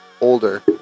older